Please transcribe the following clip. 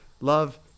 love